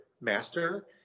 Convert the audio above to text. master